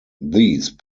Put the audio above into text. these